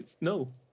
No